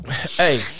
Hey